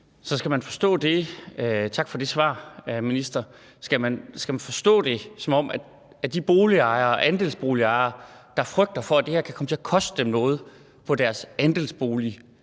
Skal man forstå det sådan, at de boligejere og andelsboligejere, der frygter for, at det her kan komme til at koste dem noget på deres andelsboligværdi